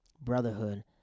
brotherhood